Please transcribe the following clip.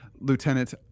Lieutenant